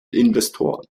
investoren